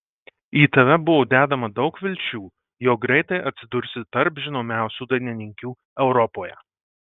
į tave buvo dedama daug vilčių jog greitai atsidursi tarp žinomiausių dainininkių europoje